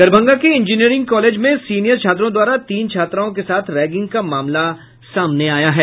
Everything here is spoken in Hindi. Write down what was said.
दरभंगा के इंजीनियरिंग कॉलेज में सीनियर छात्रों द्वारा तीन छात्राओं के साथ रैंगिंग का मामला सामने आया है